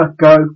go